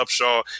Upshaw